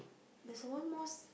there's a one mosque